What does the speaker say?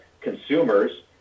consumers